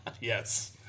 Yes